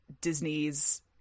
Disney's